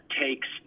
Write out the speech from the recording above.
takes